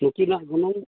ᱱᱩᱠᱤᱱᱟᱜ ᱜᱚᱱᱚᱝ